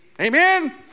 Amen